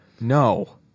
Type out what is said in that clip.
No